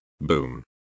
Boom